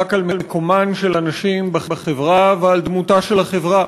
מאבק על מקומן של הנשים בחברה ועל דמותה של החברה.